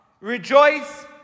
Rejoice